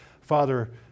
Father